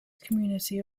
community